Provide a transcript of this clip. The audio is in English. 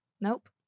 Nope